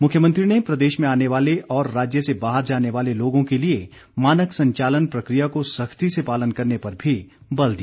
मुख्यमंत्री ने प्रदेश में आने वाले और राज्य से बाहर जाने वाले लोगों के लिए मानक संचालन प्रक्रिया को सख्ती से पालन करने पर भी बल दिया